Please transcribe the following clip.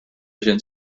gens